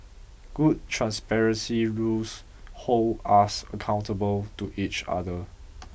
good transparency rules hold us accountable to each other